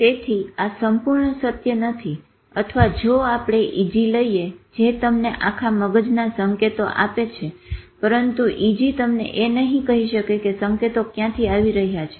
તેથી આ સંપૂર્ણ સત્ય નથી અથવા જો આપણે EG લઈએ જે તમને આખા મગજના સંકેતો આપે છે પરંતુ EG તમને એ નહિ કહી શકે કે સંકેતો ક્યાંથી આવી રહ્યા છે